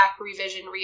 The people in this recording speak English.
revision